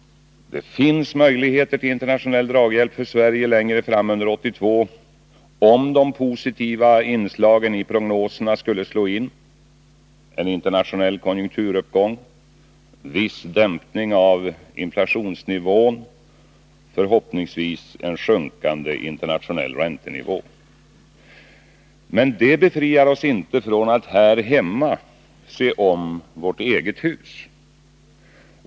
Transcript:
Det finns möjligheter till internationell draghjälp för Sverige längre fram under 1982, om de positiva inslagen i prognoserna skulle slå in: en internationell konjunkturuppgång, viss dämpning av inflationsnivån och förhoppningsvis en sjunkande internationell räntenivå. Men det befriar oss inte från att här hemma se om vårt eget hus.